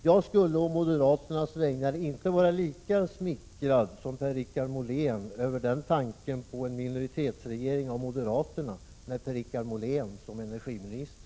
Jag skulle å moderaternas vägnar inte vara lika smickrad som Per-Richard Molén över tanken på en minoritetsregering av moderaterna med Per Richard Molén som energiminister.